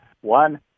one